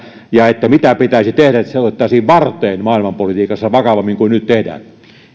ja mitä pitäisi tehdä että se otettaisiin varteen maailmaanpolitiikassa vakavammin kuin nyt tehdään